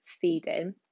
feeding